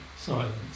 silence